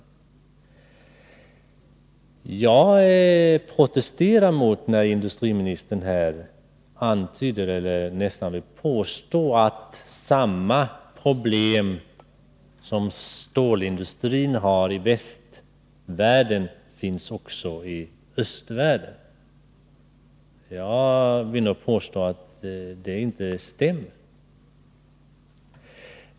Men jag protesterar mot att industriministern påstår att samma problem som stålindustrin i västvärlden har också finns i östvärlden. Jag vill nog påstå att det inte stämmer.